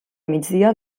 migdia